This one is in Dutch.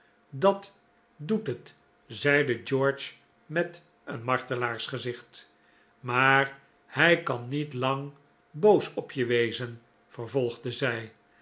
dat doet het zeide george met een martelaarsgezicht maar hij kan niet lang boos op je wezen vervolgde zij